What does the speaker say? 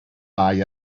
bai